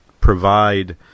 provide